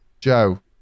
Joe